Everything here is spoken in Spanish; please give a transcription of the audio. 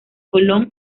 colón